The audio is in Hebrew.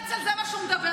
יום הרצל, זה מה שהוא מדבר.